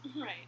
Right